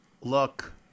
look